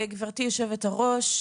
גברתי היושבת-ראש,